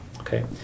Okay